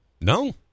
No